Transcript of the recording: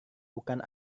bukan